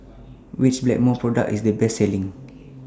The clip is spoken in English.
Which Blackmores Product IS The Best Selling